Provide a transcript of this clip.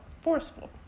forceful